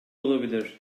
olabilir